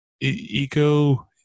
Eco